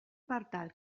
partal